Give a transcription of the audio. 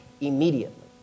immediately